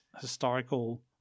historical